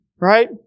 right